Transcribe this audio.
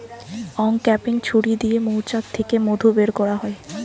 uncapping ছুরি দিয়ে মৌচাক থিকে মধু বের কোরা হয়